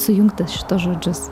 sujungti šituos žodžius